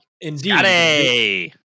indeed